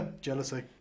Jealousy